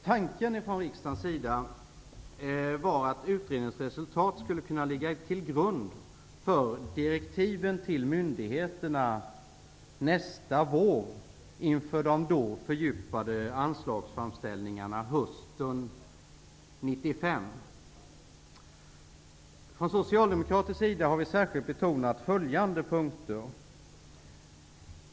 Tanken från riksdagens sida var att utredningens resultat skulle kunna ligga till grund för direktiven till myndigheterna våren 1994 inför den då fördjupade anslagsframställningen hösten Från socialdemokratisk sida har vi särskilt betonat följande punkter.